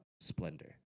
splendor